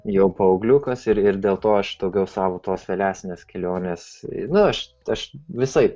jau paaugliukas ir ir dėl to aš daugiau savo tos vėlesnės kelionės nu aš aš visaip